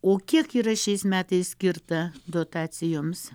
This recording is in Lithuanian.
o kiek yra šiais metais skirta dotacijoms